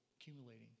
accumulating